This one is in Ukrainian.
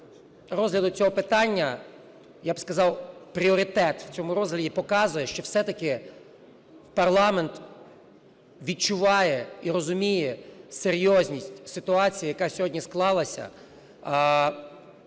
розгляду цього питання, я б сказав, пріоритет в цьому розгляді, показує, що все-таки парламент відчуває і розуміє серйозність ситуації, яка сьогодні склалася